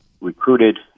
recruited